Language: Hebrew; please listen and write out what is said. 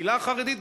הקהילה החרדית,